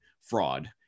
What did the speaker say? fraud